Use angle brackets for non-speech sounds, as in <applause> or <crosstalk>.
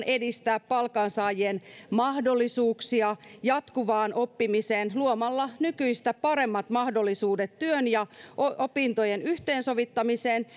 <unintelligible> edistää palkansaajien mahdollisuuksia jatkuvaan oppimiseen luomalla nykyistä paremmat mahdollisuudet työn ja opintojen yhteensovittamiseen <unintelligible>